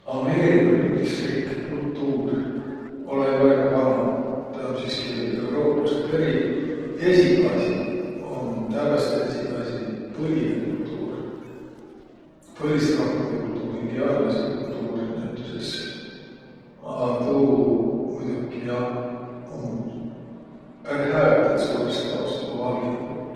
Ameeriga Ütisriike kultuur olõ-õi väega vana. Tä um siski Euruupast peri. Esiqasi um, tävveste esiqasi, põlinõ kultuur, põlisrahvidõ kultuur, indiaanlaisi kultuur näütüses, a tuu, muidoki, jah, um ärq häötet suurõstjaost joba valgidõ puult.